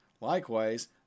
Likewise